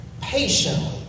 patiently